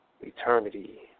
eternity